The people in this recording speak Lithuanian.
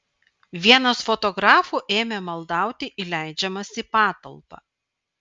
vienas fotografų ėmė maldauti įleidžiamas į patalpą